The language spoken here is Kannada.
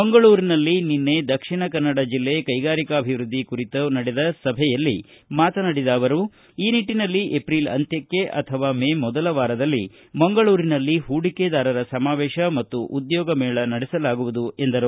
ಮಂಗಳೂರಿನಲ್ಲಿ ನಿನ್ನೆ ದಕ್ಷಿಣ ಕನ್ನಡ ಜಿಲ್ಲೆ ಕೈಗಾರಿಕಾಭಿವೃದ್ದಿ ಕುರಿತು ನಡೆದ ಸಭೆಯಲ್ಲಿ ಮಾತನಾಡಿದ ಅವರು ಈ ನಿಟ್ಟನಲ್ಲಿ ಏಪ್ರಿಲ್ ಅಂತ್ಯಕ್ಷೆ ಅಥವಾ ಮೇ ಮೊದಲ ವಾರದಲ್ಲಿ ಮಂಗಳೂರಿನಲ್ಲಿ ಹೂಡಿಕೆದಾರರ ಸಮಾವೇತ ಮತ್ತು ಉದ್ಖೋಗ ಮೇಳ ನಡೆಸಲಾಗುವುದು ಎಂದರು